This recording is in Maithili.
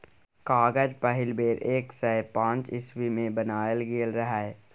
कागज पहिल बेर एक सय पांच इस्बी मे बनाएल गेल रहय